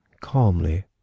calmly